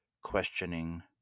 questioning